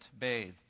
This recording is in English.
bathed